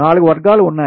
4 వర్గాలు ఉన్నాయి